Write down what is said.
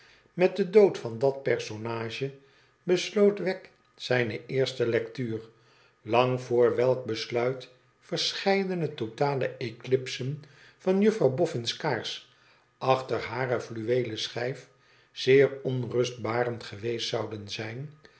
met den dood van dat personage besloot wegg zijne eerste lectuur lang voor welk besluit verscheidene totale eclipsen van juffrouw boffin's kaars achter hare fluweelen schijf zeer onrustbarend geweest zouden zijn